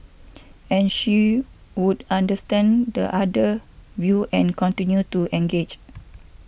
and she would understand the other view and continue to engage